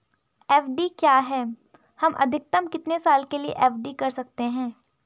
FD क्या है हम अधिकतम कितने साल के लिए एफ.डी कर सकते हैं?